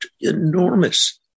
enormous